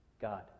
God